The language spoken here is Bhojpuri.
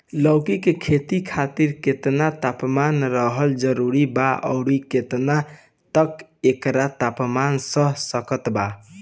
लौकी के खेती खातिर केतना तापमान रहल जरूरी बा आउर केतना तक एकर तापमान सह सकत बा?